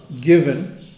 given